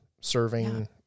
serving